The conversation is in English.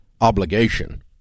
obligation